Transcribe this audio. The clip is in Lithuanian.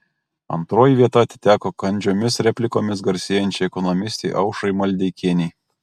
antroji vieta atiteko kandžiomis replikomis garsėjančiai ekonomistei aušrai maldeikienei